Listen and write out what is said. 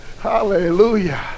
hallelujah